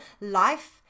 life